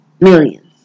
Millions